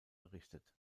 errichtet